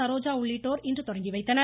சரோஜா உள்ளிட்டோர் இன்று தொடங்கிவைத்தனர்